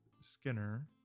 Skinner